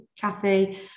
kathy